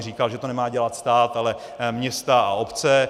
Říkal, že to nemá dělat stát, ale města a obce.